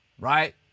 Right